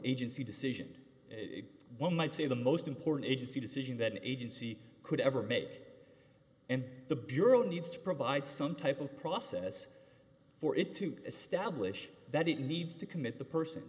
agency decision one might say the most important agency decision that agency could ever meet and the bureau needs to provide some type of process for it to establish that it needs to commit the person